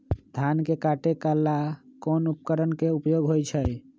धान के काटे का ला कोंन उपकरण के उपयोग होइ छइ?